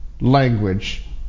Language